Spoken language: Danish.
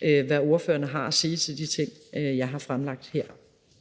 hvad ordførerne har at sige til de ting, jeg har fremlagt her.